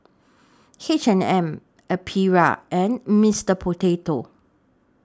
H and M Aprilia and Mister Potato